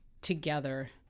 together